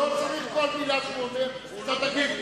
הוא לא צריך שעל כל מלה שהוא עונה אתה תגיב.